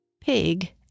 Pig